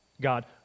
God